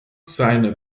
seine